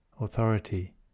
Authority